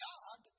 God